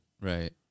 Right